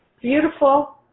Beautiful